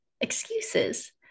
excuses